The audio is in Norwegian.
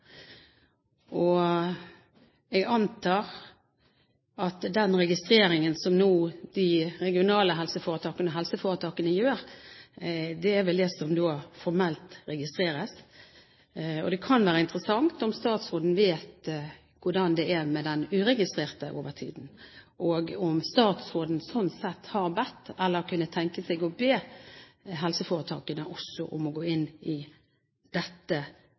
videre. Jeg antar at den registreringen som helseforetakene nå gjør, er av det som formelt registreres. Det kan være interessant å høre om statsråden vet hvordan det er med den uregistrerte overtiden, og om statsråden har bedt – eller kunne tenke seg å be – helseforetakene om også å gå inn i dette